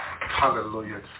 Hallelujah